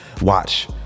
watch